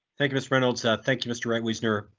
thank you, miss reynolds. ah thank you mr wright wisner.